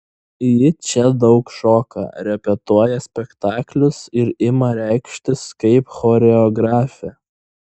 ji čia daug šoka repetuoja spektaklius ir ima reikštis kaip choreografė